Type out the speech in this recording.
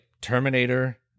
Terminator